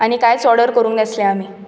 आनी कायच ऑर्डर करुंक नासले आमी